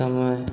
समय